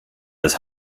das